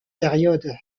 période